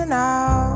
now